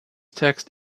text